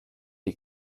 die